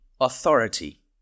authority